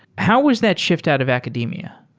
how was that shift out of academia?